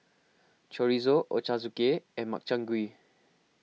Chorizo Ochazuke and Makchang Gui